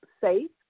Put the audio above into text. safe